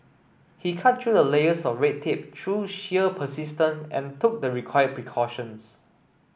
he cut through layers of red tape through sheer persistence and took the required precautions